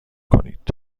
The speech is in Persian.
کنید